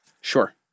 sure